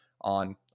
on